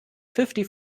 fifty